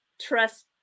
trust